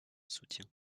soutien